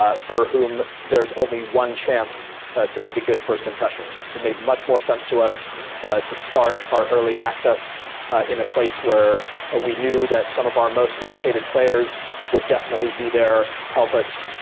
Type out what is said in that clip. ah for whom there's only one chance to make a good first impression. it made much more sense to us to start our early access in a place where we knew that some of our most dedicated players would definitely be there, there, help us,